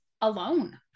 alone